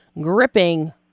gripping